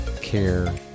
care